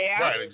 Right